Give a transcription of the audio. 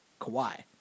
Kawhi